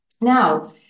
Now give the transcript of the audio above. Now